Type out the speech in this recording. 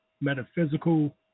metaphysical